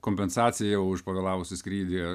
kompensaciją už pavėlavusį skrydį